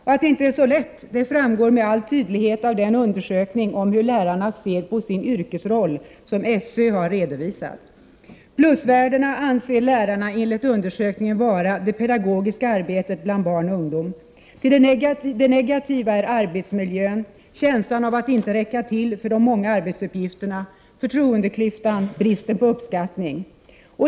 Att det inte är så lätt framgår med all tydlighet av den undersökning om hur lärarna ser på sin yrkesroll som SÖ har redovisat. Plusvärdena anser lärarna enligt undersökningen vara det pedagogiska arbetet bland barn och ungdom. Det negativa är arbetsmiljön, känslan av att inte räcka till för de många arbetsuppgifterna, förtroendeklyftan, bristen på uppskattning.